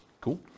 Cool